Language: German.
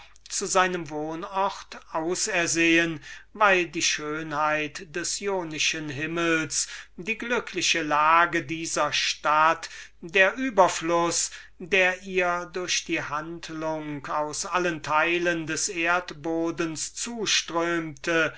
zu seinem wohn ort ausersehen weil die annehmlichkeiten des jonischen klima die schöne lage dieser stadt der überfluß der ihr durch die handlung aus allen teilen des erdbodens zuströmte